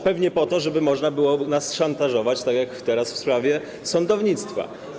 Pewnie po to, żeby można było nas szantażować tak jak teraz w sprawie sądownictwa.